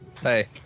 Hey